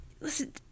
Listen